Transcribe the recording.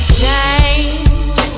change